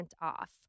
off